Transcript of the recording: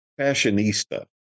fashionista